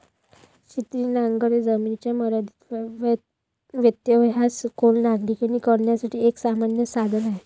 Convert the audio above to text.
छिन्नी नांगर हे जमिनीच्या मर्यादित व्यत्ययासह खोल नांगरणी करण्यासाठी एक सामान्य साधन आहे